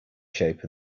shape